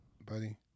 buddy